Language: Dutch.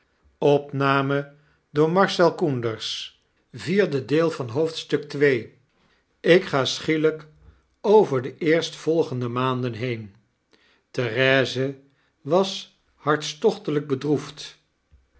ik ga schielflk over de eerstvolgende maanden heen therese as hartstochteljjk bedroefd